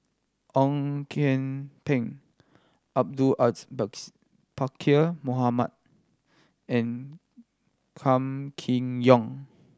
Ong Kian Peng Abdul Aziz Pakkeer Mohamed and Kam Kee Yong